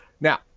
Now